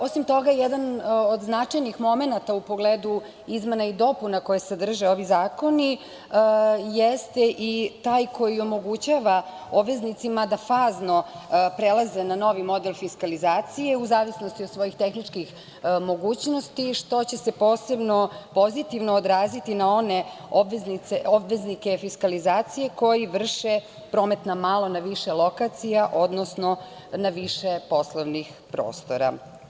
Osim toga, jedan od značajnih momenata u pogledu izmena i dopuna koje sadrže ovi zakoni jeste i taj koji omogućava obveznicima da fazno prelaze na novi model fiskalizacije, u zavisnosti od svojih tehničkih mogućnosti, što će se posebno pozitivno odraziti na one obveznike fiskalizacije koji vrše promet na malo na više lokacija, odnosno na više poslovnih prostora.